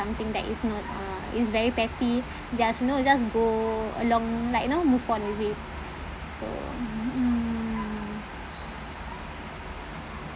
something that is not uh is very petty just you know just go along like you know move on with it so mm mm